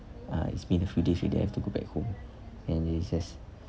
uh it's been a few days you don't have to go back home and it's just